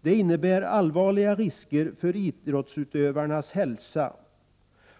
Den innebär allvarliga risker för idrottsutövarnas hälsa.